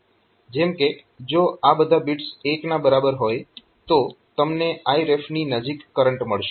જેમ કે જો આ બધા બિટ્સ 1 ના બરાબર હોય તો તમને Iref ની નજીક કરંટ મળશે